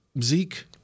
Zeke